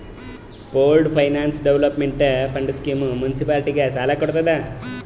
pooled finance development fund scheme ಮುನ್ಸಿಪಾಲಿಟಿಗ ಸಾಲ ಕೊಡ್ತುದ್